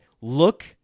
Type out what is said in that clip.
Look